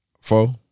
Four